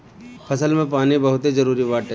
फसल में पानी बहुते जरुरी बाटे